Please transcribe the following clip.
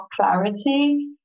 clarity